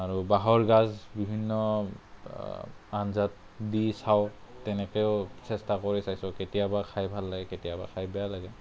আৰু বাহৰ গাজ বিভিন্ন আঞ্জাত দি চাও তেনেকৈও চেষ্টা কৰি চাইছোঁ কেতিয়াবা খাই ভাল লাগে কেতিয়াবা খাই বেয়া লাগে